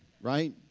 right